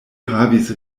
havis